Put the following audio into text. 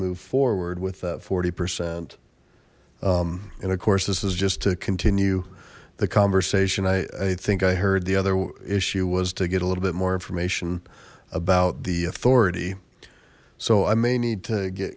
believe forward with forty percent and of course this is just to continue the conversation i think i heard the other issue was to get a little bit more information about the authority so i may need to get